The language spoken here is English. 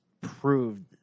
proved